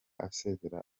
asezera